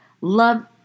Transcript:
love